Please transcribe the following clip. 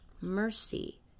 mercy